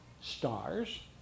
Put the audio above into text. stars